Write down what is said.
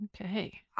okay